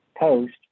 post